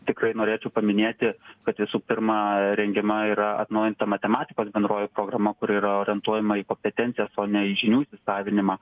tikrai norėčiau paminėti kad visų pirma rengiama yra atnaujinta matematikos bendroji programa kuri yra orientuojama į kopetencijas o ne į žinių įsisavinimą